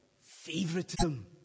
favoritism